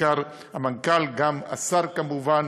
בעיקר המנכ"ל, וגם השר, כמובן,